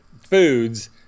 foods